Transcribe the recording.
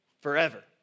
forever